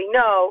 no